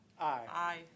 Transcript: Aye